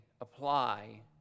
apply